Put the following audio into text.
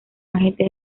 agentes